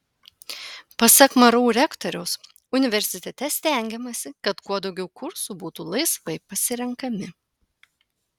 pasak mru rektoriaus universitete stengiamasi kad kuo daugiau kursų būtų laisvai pasirenkami